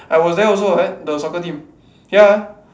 I was there also [what] the soccer team ya